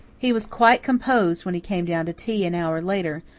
he was quite composed when he came down to tea, an hour later,